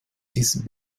these